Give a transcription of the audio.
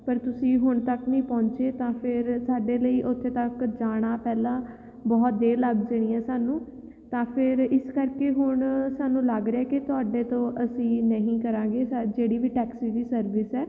ਪਰ ਤੁਸੀਂ ਹੁਣ ਤੱਕ ਨਹੀਂ ਪਹੁੰਚੇ ਤਾਂ ਫਿਰ ਸਾਡੇ ਲਈ ਉੱਥੇ ਤੱਕ ਜਾਣਾ ਪਹਿਲਾਂ ਬਹੁਤ ਦੇਰ ਲੱਗ ਜਾਣੀ ਆ ਸਾਨੂੰ ਤਾਂ ਫਿਰ ਇਸ ਕਰਕੇ ਹੁਣ ਸਾਨੂੰ ਲੱਗ ਰਿਹਾ ਕਿ ਤੁਹਾਡੇ ਤੋਂ ਅਸੀਂ ਨਹੀਂ ਕਰਾਂਗੇ ਸਾ ਜਿਹੜੀ ਵੀ ਟੈਕਸੀ ਦੀ ਸਰਵਿਸ ਹੈ